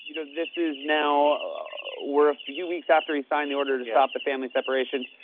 you know this is now we're a few weeks after he signed the order to stop the family separations.